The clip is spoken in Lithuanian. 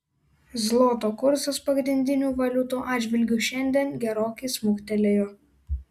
zloto kursas pagrindinių valiutų atžvilgiu šiandien gerokai smuktelėjo